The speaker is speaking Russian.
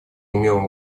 умелым